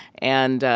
and,